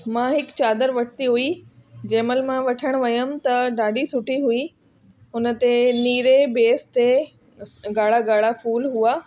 मां हिकु चादरु वरिती हुई जंहिंमहिल मां वठणु वियमि त ॾाढी सुठी हुई उनते नीरे बेस ते ॻाड़ा ॻाड़ा फूल हुआ